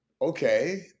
Okay